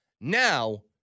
Now